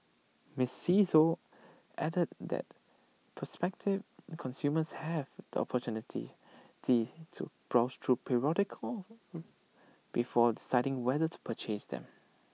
miss see Tho added that prospective consumers have the opportunity to browse through periodicals before deciding whether to purchase them